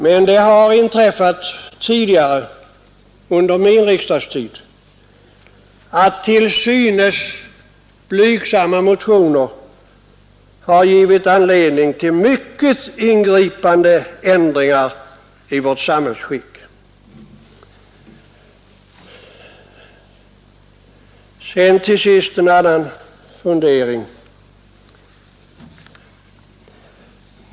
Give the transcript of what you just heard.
Men det har inträffat tidigare under min riksdagstid att till synes blygsamma motioner har givit anledning till mycket ingripande ändringar i vårt samhällsskick. Och så en annan fundering.